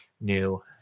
new